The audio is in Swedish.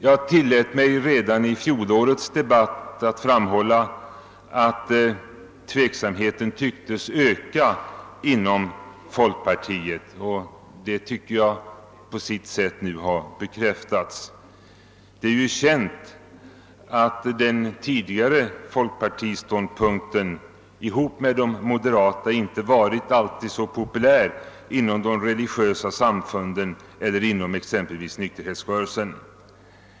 Jag tillät mig redan i fjolårets debatt framhålla att tveksamheten syntes öka inom folkpartiet, och detta tycker jag på sitt sätt nu har bekräftats. Det är ju känt att den tidigare folkpartiståndpunkten — som man hade gemensam med de moderata — inte alltid var så populär inom de religiösa samfunden eller inom exempelvis nykterhetsrörelsen.